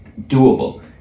doable